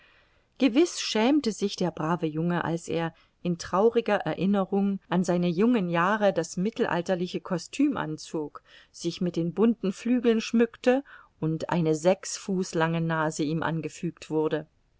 gewiß schämte sich der brave junge als er in trauriger erinnerung an seine jungen jahre das mittelalterliche kostüm anzog sich mit den bunten flügeln schmückte und eine sechs fuß lange nase ihm angefügt wurde